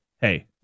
hey